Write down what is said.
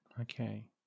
Okay